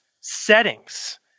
settings